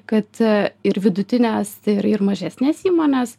kad ir vidutines ir mažesnes įmones